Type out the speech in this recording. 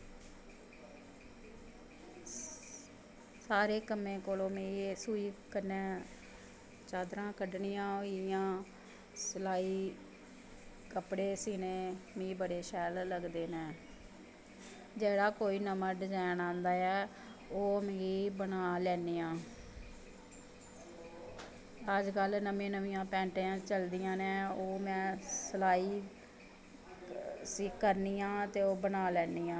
सारें कम्में कोला दा मिगी एह् सूई कन्नैं चाद्दरां कड्डनियां होई गेीयां सलाई कपड़े सीनें मिगी बड़े शैल लगदे नै जेह्ड़ा कोई नमां डज़ैन आंदा ऐ ओह् में बनाई लैन्नी आं अज्ज कल नमीं नमीं पैंटां चलदियां नैं ओह् में सलाई करनी आं ते बनाई लैन्नी आं